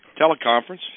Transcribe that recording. Teleconference